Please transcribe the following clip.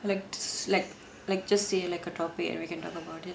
like t~ like like just say like a topic and we can talk about it